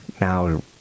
now